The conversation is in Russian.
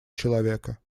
человека